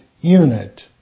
unit